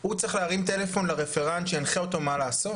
הוא צריך להרים טלפון לרפרנט שינחה אותו מה לעשות?